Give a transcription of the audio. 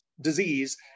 disease